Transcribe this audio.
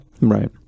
right